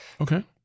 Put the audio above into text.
Okay